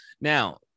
Now